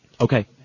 Okay